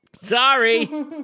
Sorry